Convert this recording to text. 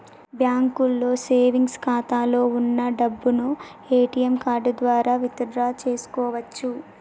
బ్యాంకులో సేవెంగ్స్ ఖాతాలో వున్న డబ్బును ఏటీఎం కార్డు ద్వారా విత్ డ్రా చేసుకోవచ్చు